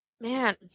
Man